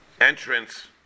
entrance